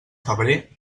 febrer